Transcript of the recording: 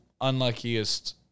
unluckiest